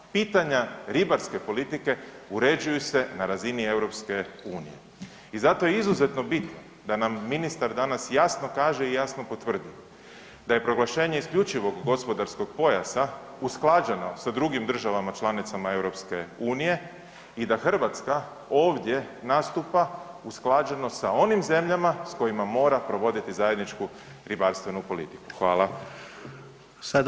Pitanja ribarske politike uređuju se na razini EU i zato je izuzetno bitno da nam ministar danas jasno kaže i jasno potvrdi, da je proglašenje isključivog gospodarskog pojasa usklađeno sa drugim državama članicama EU i da Hrvatska ovdje nastupa usklađeno sa onim zemljama s kojima mora provoditi zajedničku ribarstvenu politiku.